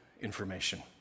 information